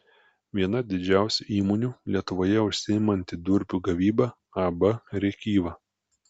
viena didžiausių įmonių lietuvoje užsiimanti durpių gavyba ab rėkyva